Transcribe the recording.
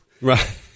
Right